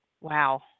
Wow